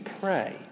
pray